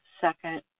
second